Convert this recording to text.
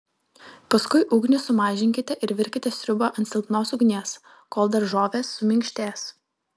paskui ugnį sumažinkite ir virkite sriubą ant silpnos ugnies kol daržovės suminkštės